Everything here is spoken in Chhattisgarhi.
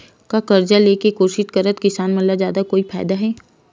का कर्जा ले के कोशिश करात किसान मन ला कोई फायदा हे?